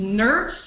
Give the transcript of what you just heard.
nurse